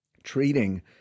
treating